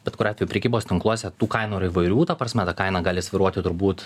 bet kuriuo atveju prekybos tinkluose tų kainų yra įvairių ta prasme ta kaina gali svyruoti turbūt